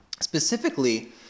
Specifically